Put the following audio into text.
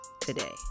today